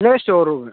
പിന്നെ ഒര് store room